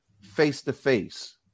face-to-face